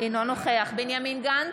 אינו נוכח בנימין גנץ,